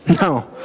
No